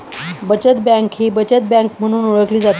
बचत बँक ही बचत बँक म्हणून ओळखली जाते